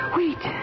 wait